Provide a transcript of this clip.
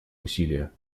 усилия